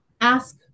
ask